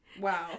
Wow